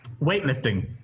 Weightlifting